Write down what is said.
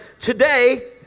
today